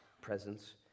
presence